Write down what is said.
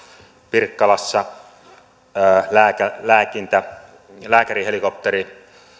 pirkkalassa lääkärihelikopteri